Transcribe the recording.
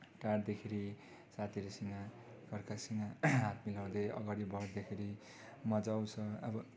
टाढादेखिखेरि साथीहरूसँग घरकासँग हात मिलाउँदै अगाडि बढ्दाखेरि मजा आउँछ अब